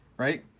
right